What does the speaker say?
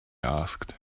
asked